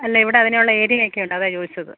അല്ല ഇവിടെ അതിനുള്ള ഏരിയ ഒക്കെയുണ്ട് അതാ ചോദിച്ചത്